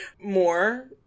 more